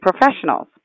professionals